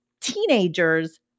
teenagers